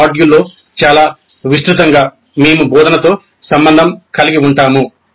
ఆ మాడ్యూల్లో చాలా విస్తృతంగా మేము బోధనతో సంబంధం కలిగి ఉంటాము